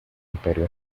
imperio